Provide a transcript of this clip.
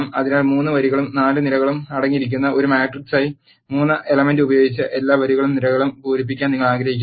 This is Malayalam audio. അതിനാൽ 3 വരികളും 4 നിരകളും അടങ്ങിയിരിക്കുന്ന ഒരു മാട്രിക്സായ 3 എലമെന്റ് ഉപയോഗിച്ച് എല്ലാ വരികളും നിരകളും പൂരിപ്പിക്കാൻ നിങ്ങൾ ആഗ്രഹിക്കുന്നു